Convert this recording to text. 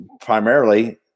primarily